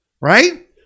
right